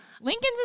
Lincoln's